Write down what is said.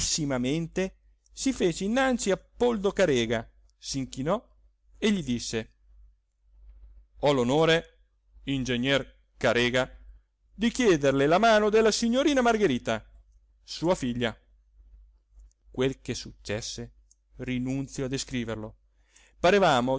seggiola seriissimamente si fece innanzi a poldo carega s'inchinò e gli disse ho l'onore ingegner carega di chiederle la mano della signorina margherita sua figlia quel che successe rinunzio a descriverlo parevamo